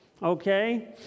okay